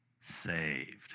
saved